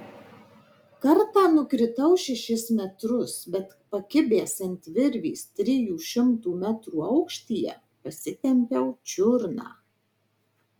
kartą nukritau šešis metrus bet pakibęs ant virvės trijų šimtų metrų aukštyje pasitempiau čiurną